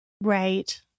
Right